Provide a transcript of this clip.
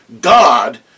God